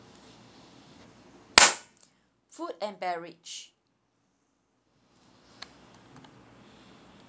food and beverage